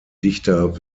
dichter